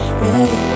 ready